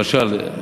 למשל,